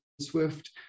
SWIFT